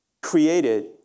created